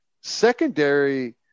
secondary